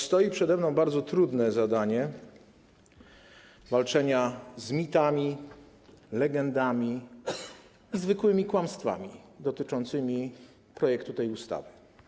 Stoi przede mną bardzo trudne zadanie walczenia z mitami, legendami i zwykłymi kłamstwami dotyczącymi projektu tej ustawy.